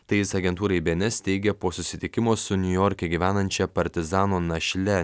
tai jis agentūrai bns teigė po susitikimo su niujorke gyvenančia partizano našle